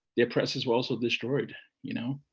their presses were also destroyed, you know,